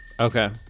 okay